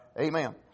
Amen